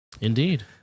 Indeed